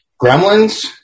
Gremlins